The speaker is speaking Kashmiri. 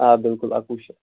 آ بِلکُل اَکہ وُہ شَتھ